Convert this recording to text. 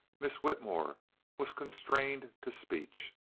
miss whitmore was constrained to speech.